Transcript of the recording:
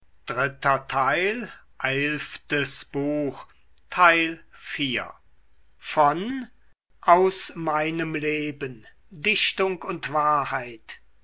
aus meinem leben dichtung und wahrheit